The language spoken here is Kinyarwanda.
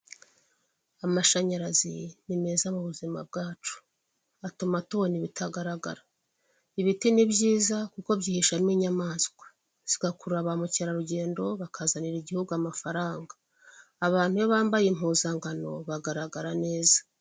Amashanyarazi ni meza mu buzima bwacu. Atuma tubona ibitagaragara. Ibiti ni byiza kuko byihishamo inyamaswa zigakurura ba mukerarugendo, bakazanira igihugu amafaranga. Abantu iyo bambaye impuzankano, bagaragara neza.